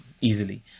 easily